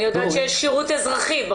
אני יודעת שיש שירות אזרחי.